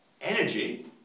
energy